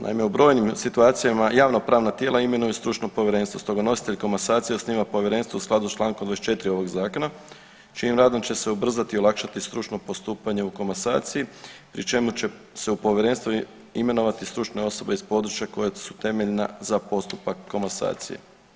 Naime, u brojnim situacijama javnopravna tijela imenuju stručno povjerenstvo, stoga nositelj komasacije osniva povjerenstvo u skladu s Člankom 24. ovog zakona čijim radom će se ubrzati i olakšati stručno postupanje u komasaciji pri čemu će se u povjerenstvo imenovati stručne osobe iz područja koje su temeljna za postupak komasacije.